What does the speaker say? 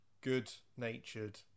good-natured